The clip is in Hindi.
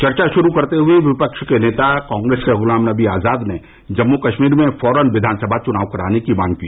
चर्चा शुरू करते हुए विपक्ष के नेता कांग्रेस के गुलाम नवी आजाद ने जम्मू कश्मीर में फौरन विधान सभा चुनाव कराने की मांग की